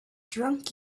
drunk